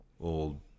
old